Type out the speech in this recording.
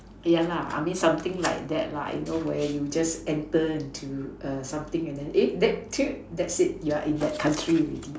yeah lah I mean something like that lah you know where you just enter into err something and then eh that too that's it you're in that country already